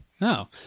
no